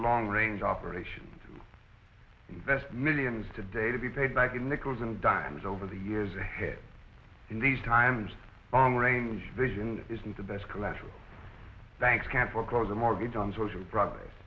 long range operation to invest millions today to be paid back in nickels and dimes over the years ahead in these times on range vision isn't the best collateral banks can foreclose the mortgage on social pro